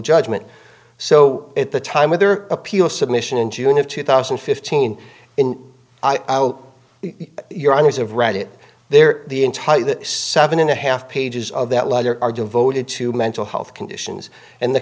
judgment so at the time of their appeal submission in june of two thousand and fifteen in i'll your honour's of reddit there the entire seven and a half pages of that letter are devoted to mental health conditions and the